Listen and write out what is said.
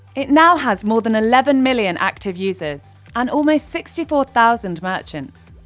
it now has more than eleven million active users and almost sixty four thousand merchants.